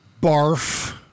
Barf